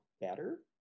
better